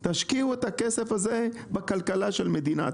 מבקשים מכם להשקיע את הכסף הזה בכלכלת של מדינת